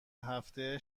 هفته